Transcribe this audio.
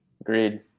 Agreed